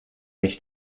nicht